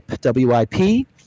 W-I-P